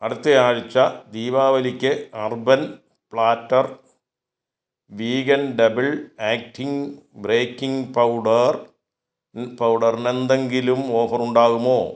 അടുത്ത ആഴ്ച ദീപാവലിക്ക് urban platter vegan double acting baking powder പൗഡറിന് എന്തെങ്കിലും ഓഫർ ഉണ്ടാകുമോ